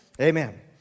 Amen